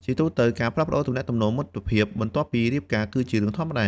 ជាទូទៅ ការផ្លាស់ប្តូរទំនាក់ទំនងមិត្តភាពបន្ទាប់ពីរៀបការ គឺជារឿងធម្មតា។